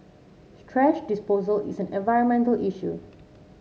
thrash disposal is an environmental issue